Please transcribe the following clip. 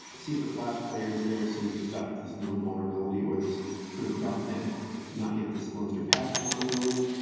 see if the flash player s there, see if it's got this known vulnerability or this sort of dark net no yet disclosed your past vulnerability.